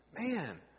man